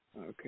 Okay